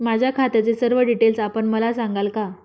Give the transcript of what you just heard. माझ्या खात्याचे सर्व डिटेल्स आपण मला सांगाल का?